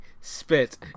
spit